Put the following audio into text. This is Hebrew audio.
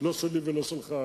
לא שלי ולא שלך,